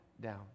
down